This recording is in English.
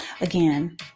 Again